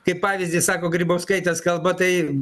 kaip pavyzdį sako grybauskaitės kalba tai